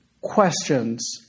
questions